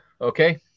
Okay